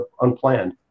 unplanned